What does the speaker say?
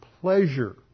pleasure